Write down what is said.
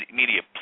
media